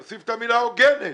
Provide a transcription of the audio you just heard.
להוסיף את המילה הוגנת.